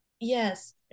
Yes